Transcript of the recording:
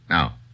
Now